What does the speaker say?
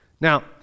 Now